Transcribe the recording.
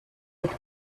with